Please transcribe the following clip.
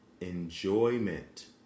enjoyment